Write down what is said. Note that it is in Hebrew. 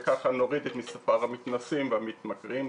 וכך נוריד את מספר המתנסים והמתמכרים.